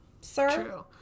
sir